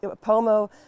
Pomo